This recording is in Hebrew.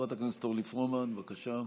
חברת הכנסת אורלי פרומן, בבקשה.